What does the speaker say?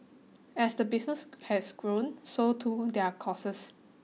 as the business has grown so too their costs